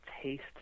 taste